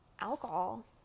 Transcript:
alcohol